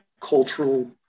cultural